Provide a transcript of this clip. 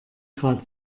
grad